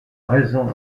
raison